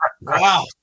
Wow